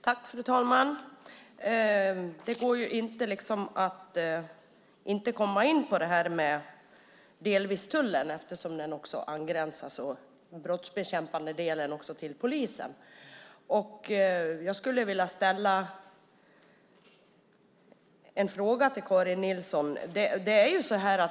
Fru talman! Det går inte att inte komma in på tullen eftersom den brottsbekämpande delen gränsar till polisen. Jag skulle vilja ställa en fråga till Karin Nilsson.